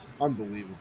Unbelievable